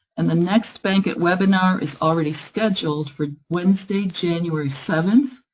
and the next bankit webinar is already scheduled for wednesday, january seventh,